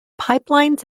pipelines